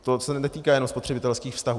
To se netýká jenom spotřebitelských vztahů.